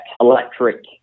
electric